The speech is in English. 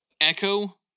Echo